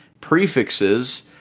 prefixes